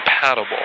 compatible